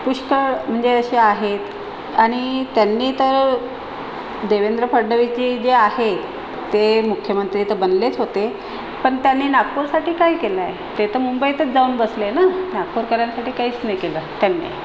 पुष्कळ म्हणजे असे आहेत आणि त्यांनी तर देवेंद्र फडणवीसजी जे आहे ते मुख्यमंत्री तर बनलेच होते पण त्यांनी नागपूरसाटी काय केलंय ते तर मुंबईतच जाऊन बसले ना नागपूरकरांसाठी काहीच नाही केलं त्यांनी